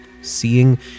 Seeing